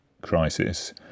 crisis